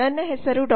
ನನ್ನ ಹೆಸರು ಡಾ